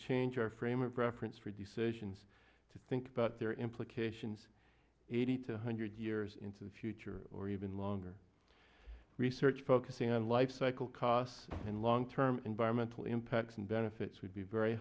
change our frame of reference for decisions to think about their implications eighty to one hundred years into the future or even longer research focusing on life cycle costs and long term environmental impacts and benefits would be very